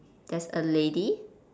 there's a lady